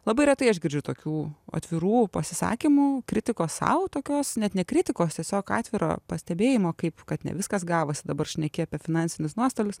labai retai aš girdžiu tokių atvirų pasisakymų kritikos sau tokios net ne kritikos tiesiog atviro pastebėjimo kaip kad ne viskas gavosi dabar šneki apie finansinius nuostolius